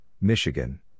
Michigan